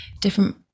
different